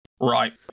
Right